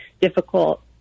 difficult